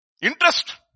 Interest